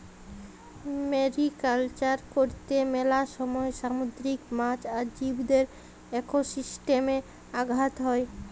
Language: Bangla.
মেরিকালচার করত্যে মেলা সময় সামুদ্রিক মাছ আর জীবদের একোসিস্টেমে আঘাত হ্যয়